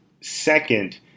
Second